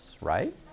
Right